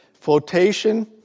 Flotation